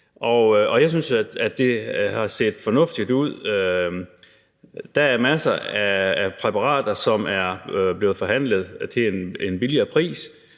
Jeg synes, det har set fornuftigt ud. Der er masser af præparater, som er blevet forhandlet til en billig pris,